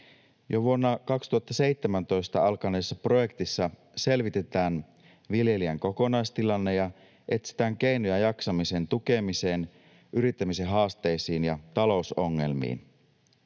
Jo vuonna 2017 alkaneessa projektissa selvitetään viljelijän kokonaistilanne ja etsitään keinoja jaksamisen tukemiseen, yrittämisen haasteisiin ja talousongelmiin.